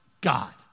God